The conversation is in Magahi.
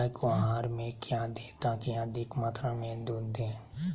गाय को आहार में क्या दे ताकि अधिक मात्रा मे दूध दे?